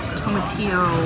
tomatillo